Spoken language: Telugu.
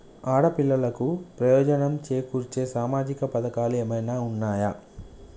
ఆడపిల్లలకు ప్రయోజనం చేకూర్చే సామాజిక పథకాలు ఏమైనా ఉన్నయా?